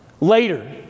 Later